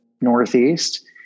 Northeast